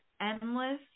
endless